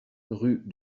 rue